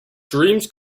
dreams